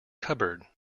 cupboard